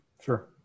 Sure